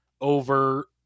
over